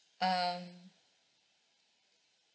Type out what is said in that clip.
um